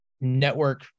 network